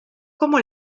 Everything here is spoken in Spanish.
como